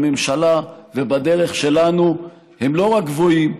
בממשלה ובדרך שלנו הם לא רק גבוהים,